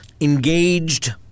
engaged